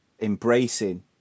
embracing